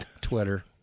Twitter